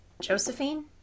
Josephine